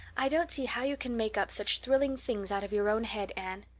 i don't see how you can make up such thrilling things out of your own head, anne.